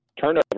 Turnover